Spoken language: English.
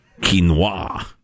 quinoa